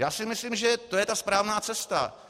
Já si myslím, že to je ta správná cesta.